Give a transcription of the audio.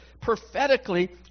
Prophetically